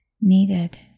needed